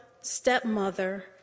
stepmother